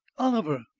oliver?